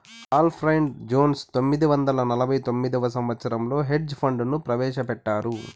Alfred Jones పంతొమ్మిది వందల నలభై తొమ్మిదవ సంవచ్చరంలో హెడ్జ్ ఫండ్ ను ప్రవేశపెట్టారు